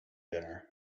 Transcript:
dinner